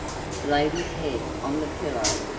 laid his head on the pillow,